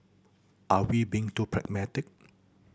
are we being too pragmatic